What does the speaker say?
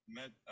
met